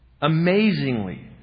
amazingly